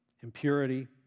impurity